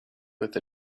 with